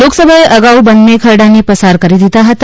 લોકસભાએ અગાઉ બંને ખરડાને પસાર કરી દીધા હતા